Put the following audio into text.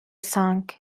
song